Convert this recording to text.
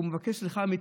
כשהוא מבקש סליחה אמיתית,